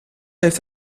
heeft